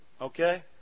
Okay